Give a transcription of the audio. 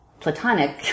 Platonic